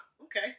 okay